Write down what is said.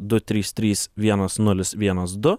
du trys trys vienas nulis vienas du